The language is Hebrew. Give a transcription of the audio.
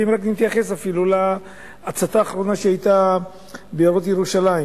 ואם רק נתייחס אפילו להצתה האחרונה שהיתה ביערות ירושלים